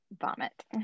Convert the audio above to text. vomit